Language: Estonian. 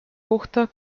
kohta